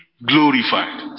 glorified